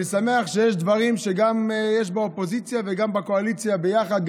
אני שמח שיש דברים שיש גם באופוזיציה וגם בקואליציה יחד,